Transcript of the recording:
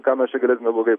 ką mes čia galėtume blogai